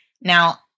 Now